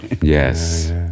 yes